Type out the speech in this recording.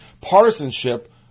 partisanship